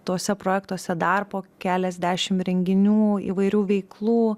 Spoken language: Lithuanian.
tuose projektuose dar po keliasdešim renginių įvairių veiklų